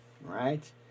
right